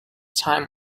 time